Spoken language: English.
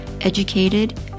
educated